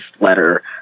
letter